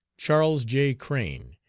charles j. crane,